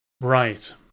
Right